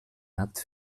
markt